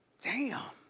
damn.